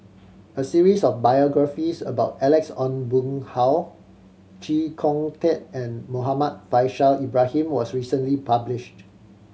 a series of biographies about Alex Ong Boon Hau Chee Kong Tet and Muhammad Faishal Ibrahim was recently published